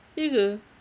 ya ke